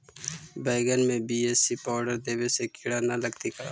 बैगन में BAC powder देबे से किड़ा न लगतै का?